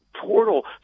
portal